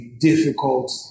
difficult